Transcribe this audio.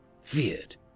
feared